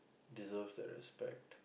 deserves that respect